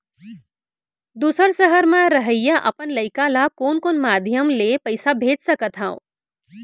दूसर सहर म रहइया अपन लइका ला कोन कोन माधयम ले पइसा भेज सकत हव?